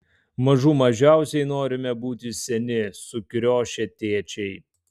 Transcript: mažų mažiausiai norime būti seni sukriošę tėčiai